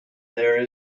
there